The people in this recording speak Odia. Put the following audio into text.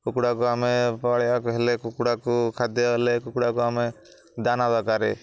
କୁକୁଡ଼ାକୁ ଆମେ ପାଳିବାକୁ ହେଲେ କୁକୁଡ଼ାକୁ ଖାଦ୍ୟ ହେଲେ କୁକୁଡ଼ାକୁ ଆମେ ଦାନା ଦରକାର